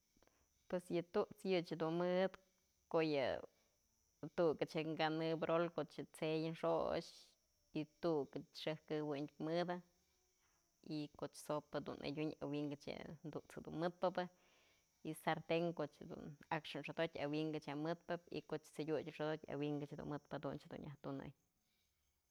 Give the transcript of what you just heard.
Yë tut's yëch dun mëdë ko'o yë, tu'uk ëch je kanë perol koch tse'ey xox y tuk ëch xëjk këwëndyë mëdë y kot's sopa dun adyun awynkëch je'e tut's jedun mëtpë y sarten koch jedun a'akxë xodotyë awi'inkë je mëtpë y koch t'sëdyut xodotyë awinkë dun mëtpë jadun ëch dunnyaj tunëy.